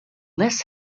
less